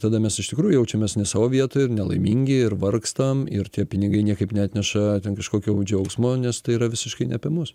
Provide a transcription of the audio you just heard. tada mes iš tikrųjų jaučiamės ne savo vietoj ir nelaimingi ir vargstam ir tie pinigai niekaip neatneša ten kažkokio džiaugsmo nes tai yra visiškai ne apie mus